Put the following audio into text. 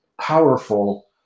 powerful